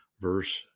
verse